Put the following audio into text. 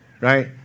right